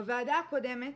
בוועדה הקודמת,